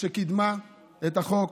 שקידמה את החוק,